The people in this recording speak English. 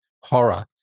horror